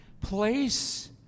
place